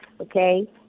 Okay